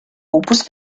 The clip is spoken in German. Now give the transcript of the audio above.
opus